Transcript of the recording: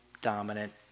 dominant